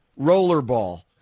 rollerball